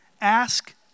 ask